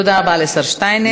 תודה רבה לשר שטייניץ.